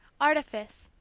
artifice,